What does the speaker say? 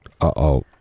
Uh-oh